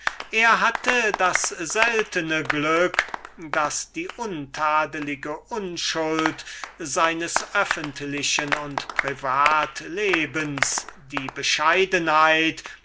er hatte das seltene glück daß die untadeliche unschuld seines öffentlichen und privat-lebens die bescheidenheit